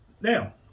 Now